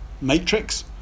matrix